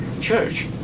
church